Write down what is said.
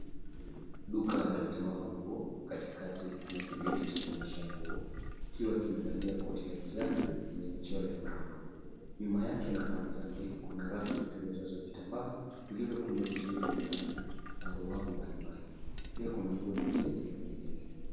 Duka la vitambaa na nguo. Katikati kuna kibeti cha kuonyeshea nguo kikiwa kimevaa koti la kijani yenye michoro ya miraba. Nyuma yake na pande zake kuna rafu zilizojazwa vitambaa zilizokunjwa vizuri vya rangi na ruwaza mbalimbali. Pia kuna nguo zingine zilizoning'inia.